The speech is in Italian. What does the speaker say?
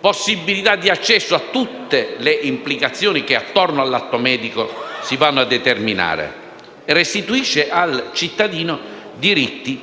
possibilità di accesso a tutte le implicazioni che, intorno ad esso, si vanno a determinare, restituendo al cittadino diritti che